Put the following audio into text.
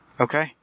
Okay